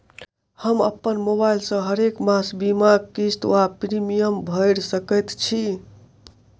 हम अप्पन मोबाइल सँ हरेक मास बीमाक किस्त वा प्रिमियम भैर सकैत छी?